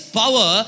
power